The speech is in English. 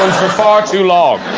for far too long